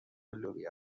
لوبیا